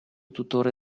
tutore